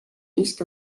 east